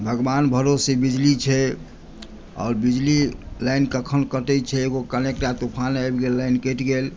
भगवान भरोसे बिजली छै आओर बिजली लाइन कखन कटै छै एगो कनिक टा तुफान आबि गेल तऽ लाइन कटि गेल